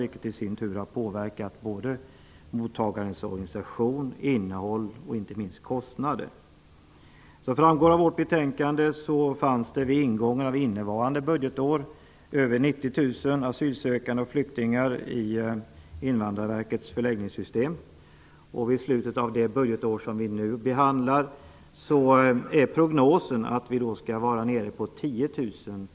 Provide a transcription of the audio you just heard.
Det har i sin tur påverkat såväl mottagandets organisation som dess innehåll och inte minst dess kostnader. Som framgår av vårt betänkande fanns det vid ingången av innevarande budgetår över 90 000 asylsökande och flyktingar i Invandrarverkets förläggningssystem. Prognosen tyder på att antalet personer, i slutet av det budgetår som nu behandlas, skall vara nere på 10 000.